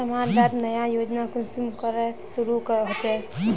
समाज डात नया योजना कुंसम शुरू होछै?